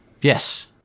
Yes